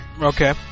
Okay